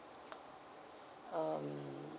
um